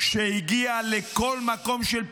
שהגיע לכל מקום של פיגוע,